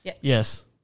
Yes